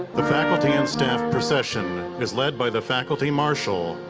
the faculty and staff procession is led by the faculty marshal,